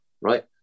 Right